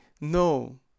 No